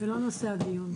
זה לא נושא הדיון.